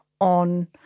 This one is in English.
on